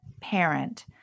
parent